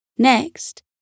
Next